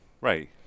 Right